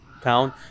town